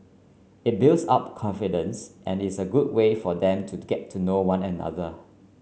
it builds up confidence and is a good way for them to get to know one another